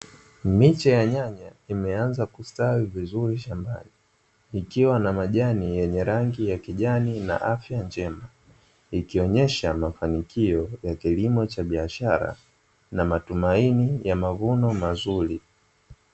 Miche ya nyanya imeanza kustawi vizuri shambani, ikiwa na majani yenye rangi ya kijani na afya njema, ikionyesha mafanikio ya kilimo cha biashara na matumaini ya mavuno mazuri.